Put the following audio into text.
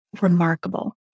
remarkable